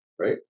Right